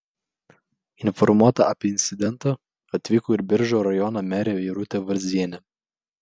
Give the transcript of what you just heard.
informuota apie incidentą atvyko ir biržų rajono merė irutė varzienė